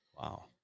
Wow